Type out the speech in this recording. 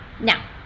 now